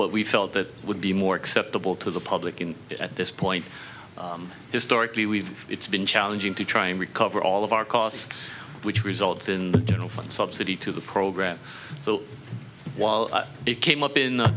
what we felt that would be more acceptable to the public and at this point historically we've it's been challenging to try and recover all of our costs which results in general fund subsidy to the program so while it came up in